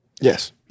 Yes